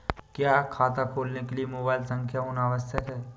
क्या खाता खोलने के लिए मोबाइल संख्या होना आवश्यक है?